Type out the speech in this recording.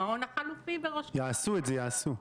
המעון החלופי בראשכם -- יעשו את זה, יעשו.